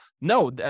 no